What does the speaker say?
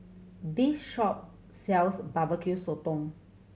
this shop sells Barbecue Sotong